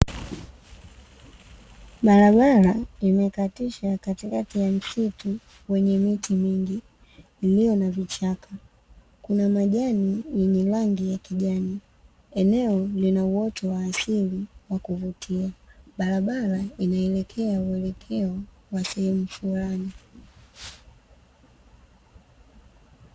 Barabara imekatisha katikati ya msitu wenye miti mingi iliyo na vichaka, kuna majani yenye rangi ya kijani, eneo lina uoto wa asili wa kuvutia, barabara inaelekea uelekeo wa sehemu fulani.